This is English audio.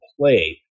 play